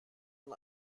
und